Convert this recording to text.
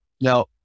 now